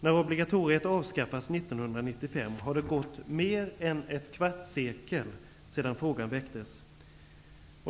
När obligatoriet avskaffas 1995 har det gått mer än ett kvartssekel sedan frågan väcktes.